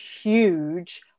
huge